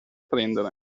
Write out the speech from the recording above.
prendere